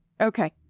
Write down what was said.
Okay